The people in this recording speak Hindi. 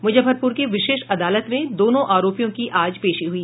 मुजफ्फरपुर की विशेष अदालत में दोनों आरोपियों की आज पेशी हुई